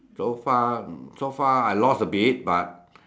so far so far I lost a bit but